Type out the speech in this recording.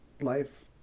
life